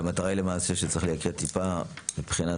והמטרה היא למעשה שצריך לייקר טיפה מבחינת,